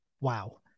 wow